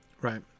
Right